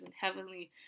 heavenly